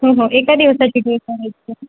हो हो एका दिवसाची टूर आहे